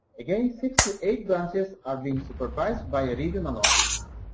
again, six to eight branches are being supervised by a regional office.